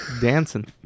dancing